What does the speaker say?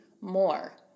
more